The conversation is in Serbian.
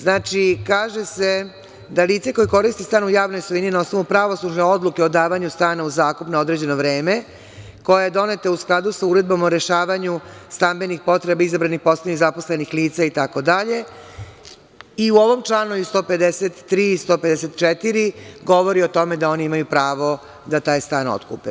Znači, kaže se da lice koje koristi stan u javnoj svojini na osnovu pravosnažne odluke o davanju stana u zakup na određeno vreme, koja je doneta u skladu sa uredbom o rešavanju stambenih potreba izabranih i zaposlenih lica itd. i u ovom članu i u 153. i 154. govori o tome da oni imaju pravo da taj stan otkupe.